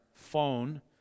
phone